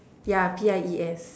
yeah P_I_E_S